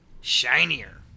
Shinier